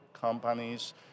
companies